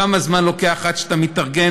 כמה זמן לוקח עד שאתה מתארגן,